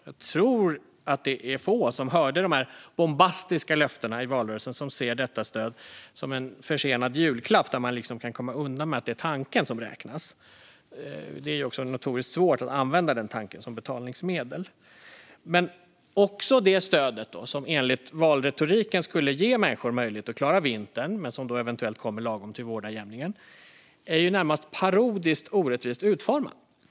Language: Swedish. Jag tror att det är få som hörde de bombastiska löftena i valrörelsen som ser detta stöd som en försenad julklapp, där man kan komma undan med att det är tanken som räknas. Det är också notoriskt svårt att använda den tanken som betalningsmedel. Men också det stöd som enligt valretoriken skulle ge människor möjlighet att klara vintern men som nu eventuellt kommer lagom till vårdagjämningen är närmast parodiskt orättvist utformat.